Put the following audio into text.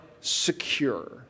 secure